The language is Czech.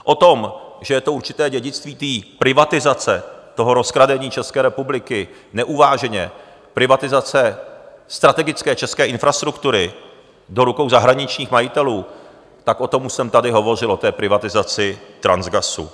O tom, že je to určité dědictví privatizace, toho rozkradení České republiky neuváženě, privatizace strategické české infrastruktury do rukou zahraničních majitelů, o tom už jsem tady hovořil, o té privatizaci Transgasu.